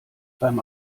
beim